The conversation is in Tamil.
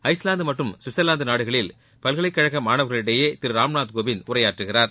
ஐஸ்லாந்து மற்றும் கவிட்ச்வாந்து நாடுகளில் பல்கலைக் கழக மாணவா்களிடையே திரு ராம்நாத் கோவிந்த் உரையாற்றுகிறார்